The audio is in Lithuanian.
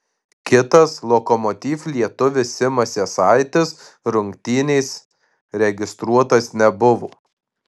kitas lokomotiv lietuvis simas jasaitis rungtynės registruotas nebuvo